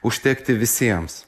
užtekti visiems